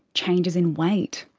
changes in weight,